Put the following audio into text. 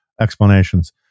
explanations